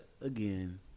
again